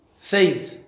Saints